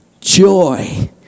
joy